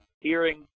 hearing